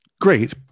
great